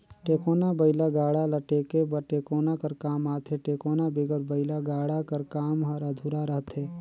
टेकोना बइला गाड़ा ल टेके बर टेकोना कर काम आथे, टेकोना बिगर बइला गाड़ा कर काम हर अधुरा रहथे